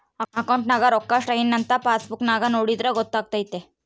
ಅಕೌಂಟ್ನಗ ರೋಕ್ಕಾ ಸ್ಟ್ರೈಥಂಥ ಪಾಸ್ಬುಕ್ ನಾಗ ನೋಡಿದ್ರೆ ಗೊತ್ತಾತೆತೆ